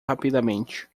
rapidamente